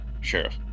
Sheriff